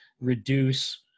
reduce